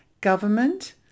government